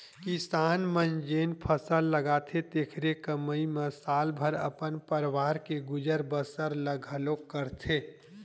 किसान मन जेन फसल लगाथे तेखरे कमई म साल भर अपन परवार के गुजर बसर ल घलोक करथे